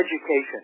education